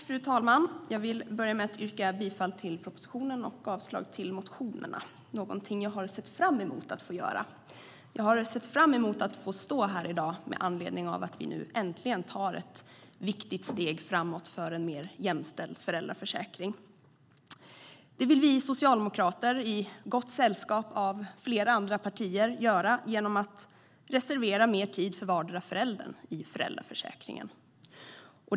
Fru talman! Jag vill börja med att yrka bifall till propositionen och avslag på motionerna, någonting som jag har sett fram emot att få göra. Jag har sett fram emot att få stå här i dag med anledning av att vi nu äntligen tar ett viktigt steg framåt för en mer jämställd föräldraförsäkring. Detta vill vi socialdemokrater i gott sällskap av flera andra partier göra genom att reservera mer tid för vardera föräldern i föräldraförsäkringen.